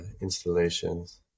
installations